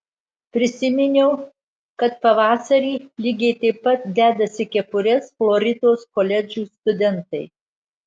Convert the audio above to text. prisiminiau kad pavasarį lygiai taip pat dedasi kepures floridos koledžų studentai